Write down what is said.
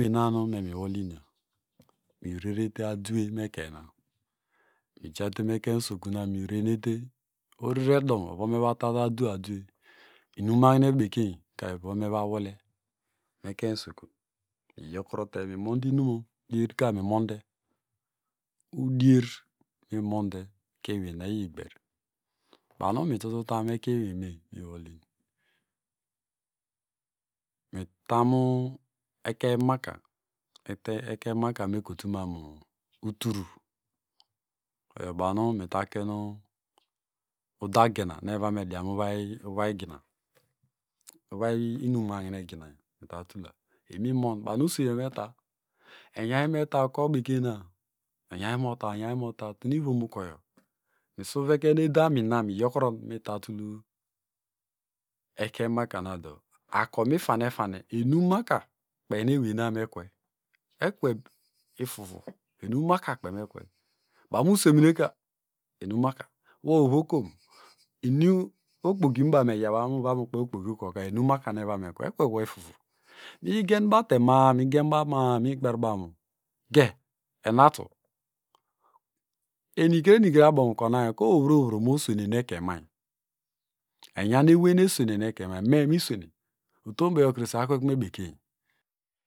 ukpenonume miwolyinio mirerete adwe mekenyme mijatemuekeny usokununa mirerekunete oreredown ovonmevatate adwe adwe inumahine bekenyka ivonumevalwole mekeny usokun miyokurote mimodeinumo udierka mimonde udier mimond ekenyewena iyigber banu mitututam mekeny eweyme mitamu ekeny maka ekeny maka mekotumamu uturu oyobanu mitaken udagena nu evome diamu uvagina uvay inumahine gina etatula inum nu mimon banu uswey meta enyaymota tutunuivom ukoyo misuveken edamina miyokuron mitatul ekeny maka na do ako mefane fane enumakakpey nueweyna mekwe ekwe ifufuka enumaka kpey me kise banu musemuneka enumaka kpey wo ovokom? Ini okpokinubaw meyawa ovamu kpe okpoki ukoka enumaka nuevamekwe ekwekwo ifufu miyigenbaw te ma- a genbaw ma- a iyikperbaw mamu gen enatu enikrenuabomukomayo ku owuvrovo mosene enuekeny many enyan ewey nu eswene enuekeny many me miswene utomboyo krese akwekkme bekeiny